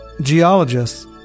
Geologists